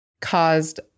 caused